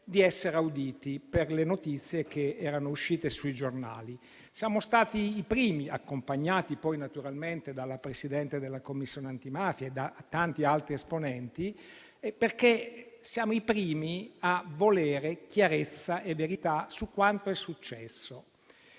di essere auditi per le notizie che erano uscite sui giornali. Siamo stati i primi, accompagnati poi naturalmente dalla Presidente della Commissione antimafia e da tanti altri esponenti, perché siamo i primi a volere chiarezza e verità su quanto è successo.